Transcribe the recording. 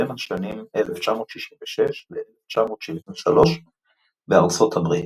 בין השנים 1966–1973 בארצות הברית.